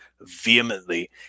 vehemently